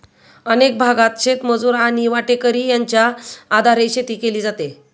अनेक भागांत शेतमजूर आणि वाटेकरी यांच्या आधारे शेती केली जाते